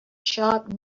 sharp